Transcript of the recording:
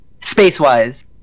space-wise